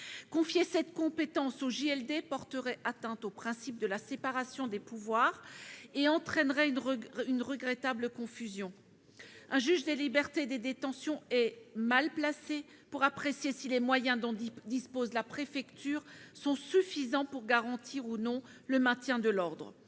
Confier cette compétence au JLD porterait atteinte au principe de la séparation des pouvoirs et entraînerait une regrettable confusion. Un juge des libertés et de la détention est mal placé pour apprécier si les moyens dont dispose la préfecture sont suffisants pour garantir, ou non, le maintien de l'ordre.